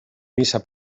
missa